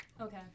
Okay